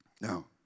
Now